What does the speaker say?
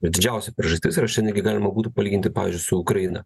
bet didžiausia priežastis ir aš čia netgi galima būtų palyginti pavyzdžiui su ukraina